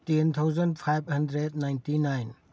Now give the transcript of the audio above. ten thousand five hundred ninety nine